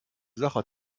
sacher